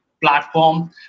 platform